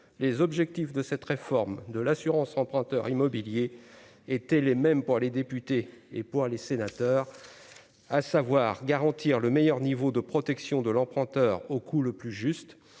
les objectifs de cette réforme de l'assurance emprunteur immobilier étaient les mêmes pour les députés et pour les sénateurs, à savoir garantir le meilleur niveau de protection de l'emprunteur au coût le plus juste,